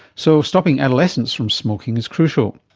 so stopping adolescents from smoking is crucial.